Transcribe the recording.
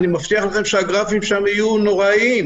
אני מבטיח לכם שהגרפים שם יהיו נוראיים.